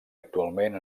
actualment